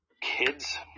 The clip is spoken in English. kids